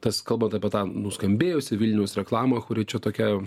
tas kalbant apie tą nuskambėjusį vilniaus reklamą kuri čia tokia